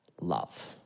love